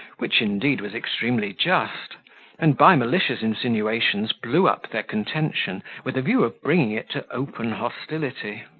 which, indeed, was extremely just and by malicious insinuations blew up their contention, with a view of bringing it to open hostility.